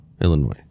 Illinois